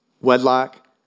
wedlock